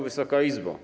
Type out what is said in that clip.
Wysoka Izbo!